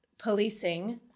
policing